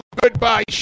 goodbye